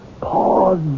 pause